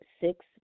Six